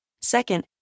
Second